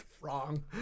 wrong